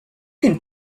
can